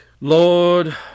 lord